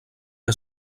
que